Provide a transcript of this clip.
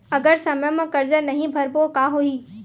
अगर समय मा कर्जा नहीं भरबों का होई?